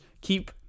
keep